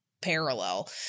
parallel